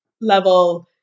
level